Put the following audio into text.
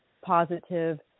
positive